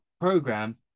Program